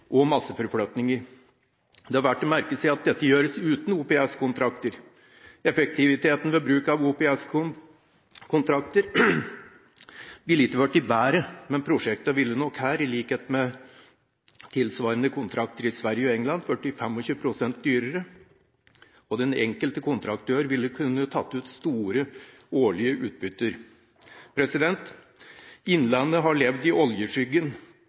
og masseforflytninger. Det er verdt å merke seg at dette gjøres uten OPS-kontrakter. Effektiviteten ved bruk av OPS-kontrakter ville ikke blitt bedre, men prosjektene ville nok her, i likhet med tilsvarende kontrakter i Sverige og England, blitt 25 pst. dyrere, og den enkelte kontraktør ville kunne tatt ut store årlige utbytter. Innlandet har levd i oljeskyggen